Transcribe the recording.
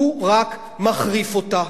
הוא רק מחריף אותה.